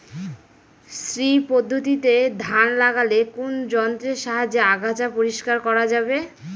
শ্রী পদ্ধতিতে ধান লাগালে কোন যন্ত্রের সাহায্যে আগাছা পরিষ্কার করা যাবে?